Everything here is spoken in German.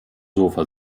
sofa